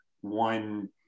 one